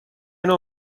نوع